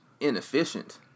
inefficient